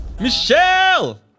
Michelle